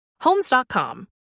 homes.com